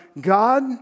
God